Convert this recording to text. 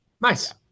nice